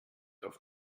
auf